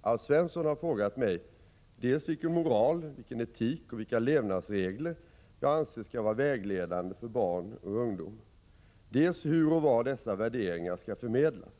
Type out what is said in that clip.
Alf Svensson har frågat mig dels vilken moral, vilken etik och vilka levnadsregler jag anser skall vara vägledande för barn och ungdom, dels hur och var dessa värderingar skall förmedlas.